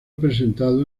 presentado